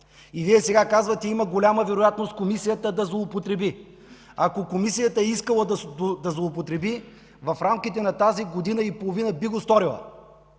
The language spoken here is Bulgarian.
Вие сега казвате, че има голяма вероятност Комисията да злоупотреби. Ако Комисията е искала да злоупотреби, в рамките на тази година и половина, би го сторила.